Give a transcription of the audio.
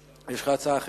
יש לך הצעה אחרת?